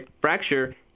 fracture